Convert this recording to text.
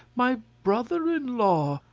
my brother-in-law!